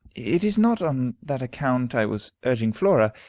it is not on that account i was urging flora.